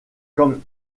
comme